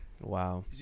Wow